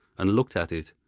and looked at it,